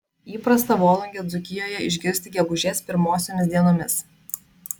įprasta volungę dzūkijoje išgirsti gegužės pirmosiomis dienomis